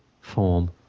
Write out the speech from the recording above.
form